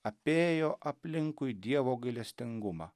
apėjo aplinkui dievo gailestingumą